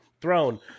throne